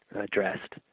addressed